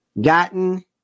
gotten